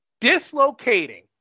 Dislocating